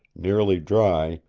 nearly dry,